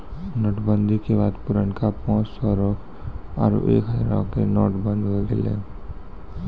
note बंदी के बाद पुरनका पांच सौ रो आरु एक हजारो के नोट बंद होय गेलै